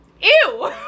Ew